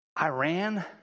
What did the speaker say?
Iran